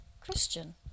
Christian